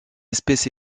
espèce